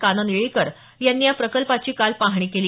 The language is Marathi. कानन येळीकर यांनी या प्रकल्पाची काल पाहणी केली